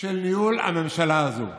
של ניהול הממשלה הזו.